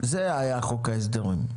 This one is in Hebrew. זה היה חוק ההסדרים,